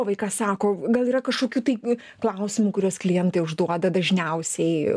vaikas sako gal yra kažkokių tai klausimų kuriuos klientai užduoda dažniausiai